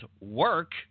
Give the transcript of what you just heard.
work